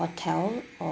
hotel or